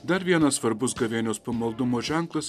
dar vienas svarbus gavėnios pamaldumo ženklas